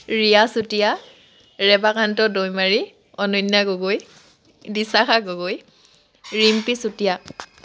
Riya Chutia Rebakanta Daimary Ananya Gogoi Dishakha Gogoi Rimpi Chutia